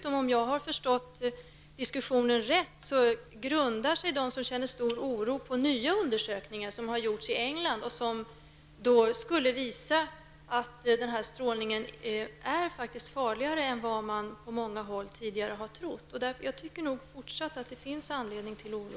Om jag har förstått diskussionen rätt, grundar sig de som känner stor oro på nya undersökningar som har gjorts i England. Dessa skulle visa att den här strålningen faktiskt är farligare än vad man på många håll tidigare har trott. Jag tror nog att det fortfarande finns anledning till oro.